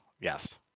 yes